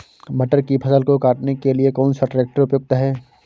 मटर की फसल को काटने के लिए कौन सा ट्रैक्टर उपयुक्त है?